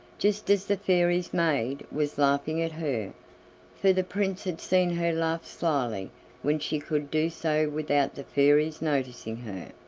just as the fairy's maid was laughing at her for the prince had seen her laugh slyly when she could do so without the fairy's noticing her.